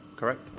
Correct